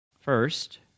First